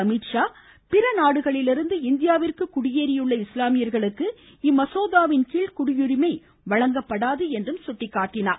அமித்ஷா பிற நாடுகளிலிருந்து இந்தியாவிந்கு குடியேறியுள்ள இஸ்லாமியர்களுக்கு இம்மசோதாவின் கீழ் குடியுரிமை வழங்கப்படாது என்றும் எடுத்துரைத்தார்